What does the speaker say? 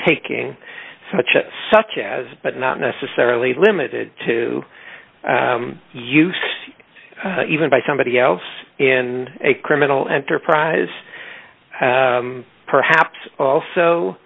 taking such as such as but not necessarily limited to use even by somebody else in a criminal enterprise perhaps also